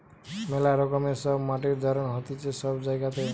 মেলা রকমের সব মাটির ধরণ হতিছে সব জায়গাতে